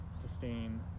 sustain